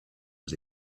was